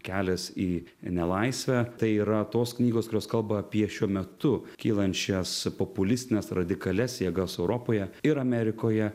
kelias į nelaisvę tai yra tos knygos kurios kalba apie šiuo metu kylančias populistines radikalias jėgas europoje ir amerikoje